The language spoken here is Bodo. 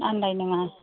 आनदाय नाङा